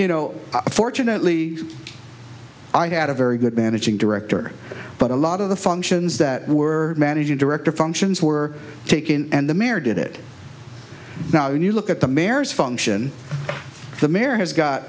you know fortunately i had a very good managing director but a lot of the functions that were managing director functions were taken and the mare did it now you look at the mare's function the mayor has got